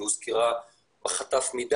היא הוזכרה יותר מדי בחטף,